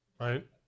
right